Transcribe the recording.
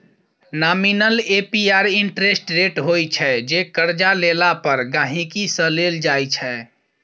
nominal APR interest rate होइ छै जे करजा लेला पर गांहिकी सँ लेल जाइ छै